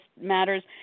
matters